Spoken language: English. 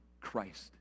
Christ